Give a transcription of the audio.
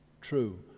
true